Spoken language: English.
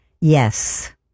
Yes